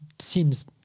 Seems